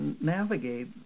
navigate